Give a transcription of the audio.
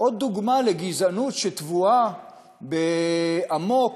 דוגמה לגזענות שטבועה עמוק